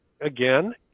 again